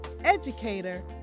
educator